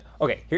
Okay